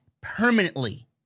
permanently